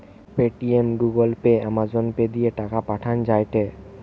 Paytm, Google pay, Amazon pay দিয়ে টাকা পাঠান যায়টে